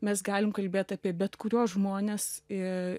mes galim kalbėt apie bet kuriuos žmones ir